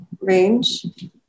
range